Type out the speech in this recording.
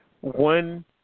One